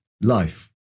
life